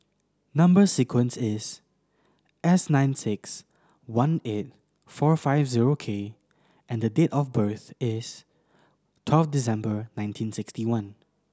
number sequence is S nine six one eight four five zero K and date of birth is twelve December nineteen sixty one